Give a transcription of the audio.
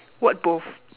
what both